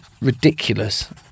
Ridiculous